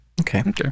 okay